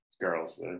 girls